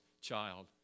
child